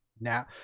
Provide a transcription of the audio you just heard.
now